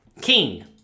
King